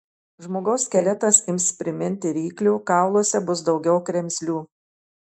žmogaus skeletas ims priminti ryklio kauluose bus daugiau kremzlių